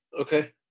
Okay